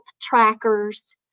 trackers